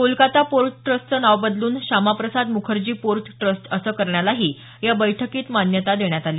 Kolkata port ट्रस्टचं नाव बदलून शामा प्रसाद मुखर्जी पोर्ट ट्रस्ट असं करण्यालाही या बैठकीत मान्यता देण्यात आली